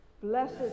Blessed